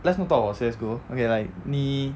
let's not talk about C_S go okay like 你